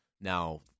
Now